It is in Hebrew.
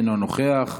אינו נוכח.